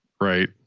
right